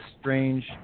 strange